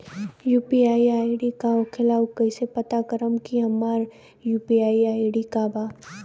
UPI ID का होखेला और कईसे पता करम की हमार यू.पी.आई आई.डी का बा?